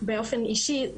באופן אישי,